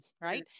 right